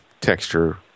texture